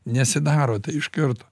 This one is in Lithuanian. nesidaro tai iš karto